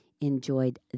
enjoyed